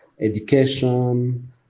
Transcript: education